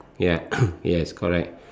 ya yes correct